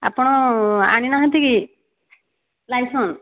ଆପଣ ଆଣିନାହାନ୍ତି କି ଲାଇସେନ୍ସ